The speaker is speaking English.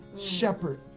shepherd